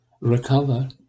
recover